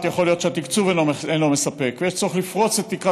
יכול להיות שהתקצוב אינו מספק ויש צורך לפרוץ את תקרת